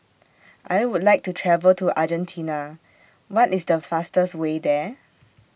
I Would like to travel to Argentina What IS The fastest Way There